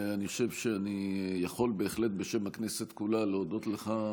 אני חושב שאני יכול בהחלט בשם הכנסת כולה להודות לך,